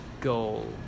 goal